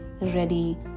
ready